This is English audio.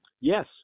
Yes